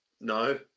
No